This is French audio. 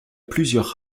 plusieurs